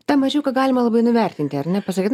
tą mažiuką galima labai nuvertinti ar ne pasakyt